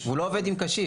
הוא לא עובד עם קשיש.